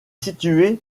situé